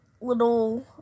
little